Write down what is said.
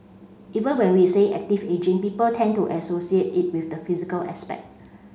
even when we say active ageing people tend to associate it with the physical aspect